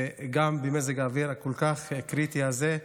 וגם במזג האוויר הכל-כך קריטי הזה.